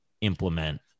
implement